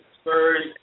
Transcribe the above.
Spurs